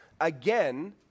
again